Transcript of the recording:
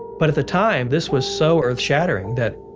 but at the time this was so earth-shattering that.